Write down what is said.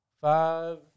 five